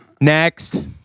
next